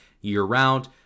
year-round